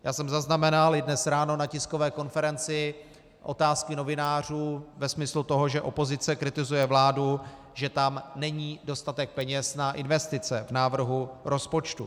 Já jsem zaznamenal i dnes ráno na tiskové konferenci otázky novinářů ve smyslu toho, že opozice kritizuje vládu, že tam není dostatek peněz na investice v návrhu rozpočtu.